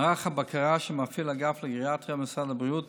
מערך הבקרה שמפעיל האגף לגריאטריה במשרד הבריאות